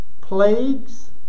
plagues